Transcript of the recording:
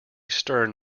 stern